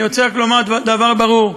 אני רוצה רק לומר דבר ברור: